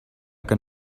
can